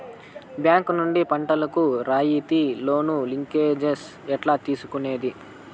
Bank నుండి పంటలు కు రాయితీ లోను, లింకేజస్ ఎట్లా తీసుకొనేది?